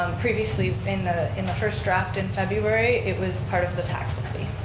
um previously in the in the first draft in february, it was part of the tax